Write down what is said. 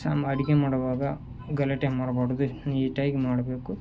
ಸಮ ಅಡುಗೆ ಮಾಡುವಾಗ ಗಲಾಟೆ ಮಾಡಬಾರ್ದು ನೀಟಾಗಿ ಮಾಡಬೇಕು